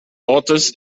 ortes